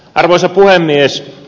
arvoisa puhemies